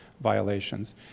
violations